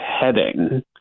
heading